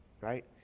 right